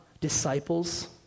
disciples